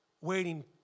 waiting